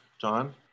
john